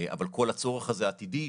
אבל כל הצורך הזה העתידי,